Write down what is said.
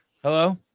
Hello